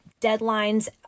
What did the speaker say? deadlines